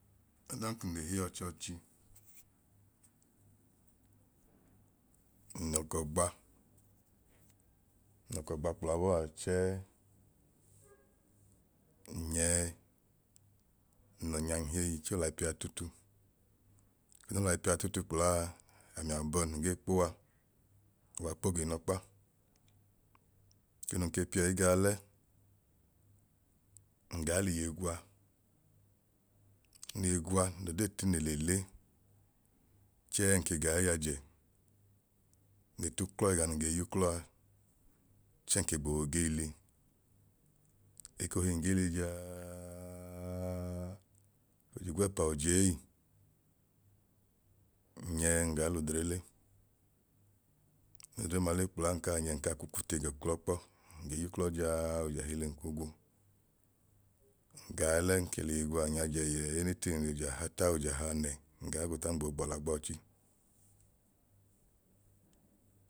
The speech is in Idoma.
Adan kun le heyi ọchọọchi nl'ọkọ gba nlọkọ gba kpla bọa chẹẹ n'nyẹẹ nlọnyam heyi chẹẹ olayipẹa tutu odan no laipẹa tutu kplaa ami abohim ngee kpuwa kuwa kpo giinọkpa eke nun ke pieyi gaalẹ ngaa liye gwa nliye gwa nlodee tine nle le chẹẹ nke gaa yajẹ nle t'uklọ ẹga nun ge y'uklọ a chẹẹ nke gboo giili. Ekohi ngiili jaaaaaaaaaaa ojigwẹpa ojei n'nyẹ ngaa l'odre le nlodre ọma le kpla nkaa nyẹ nkaa ku kuche gọ nu uklọ kpọ, nge y'uklọ jaaaa ojẹhili nku gu, ngaa lẹ nke l'iye gwa n yajẹ yẹẹ anything ojahata ojahanẹ ngaa guta ngboo gbọla gbọọchi.